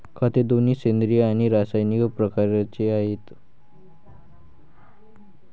खते दोन्ही सेंद्रिय आणि रासायनिक प्रकारचे आहेत